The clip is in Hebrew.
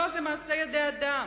לא, זה מעשה ידי אדם.